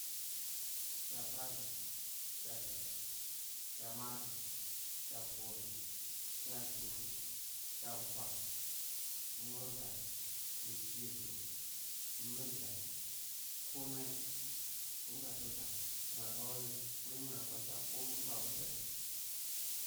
Hya pathu, hya suɗai, hya makir, hya foɗu, hyan ntufu, hyan nkwa, murfay, nchisu, multhai, kuməe, kum kasu ntan, mur aka kum kabu suɗau